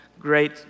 great